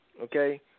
Okay